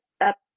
up